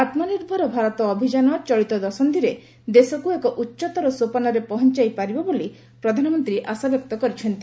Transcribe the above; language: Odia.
ଆତ୍ମନିର୍ଭର ଭାରତ ଅଭିଯାନ ଚଳିତ ଦଶନ୍ଧିରେ ଦେଶକୁ ଏକ ଉଚ୍ଚତର ସୋପାନରେ ପହଂଚାଇ ପାରିବ ବୋଲି ପ୍ରଧାନମନ୍ତ୍ରୀ ଆଶା ବ୍ୟକ୍ତ କରିଛନ୍ତି